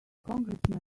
congressman